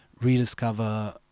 rediscover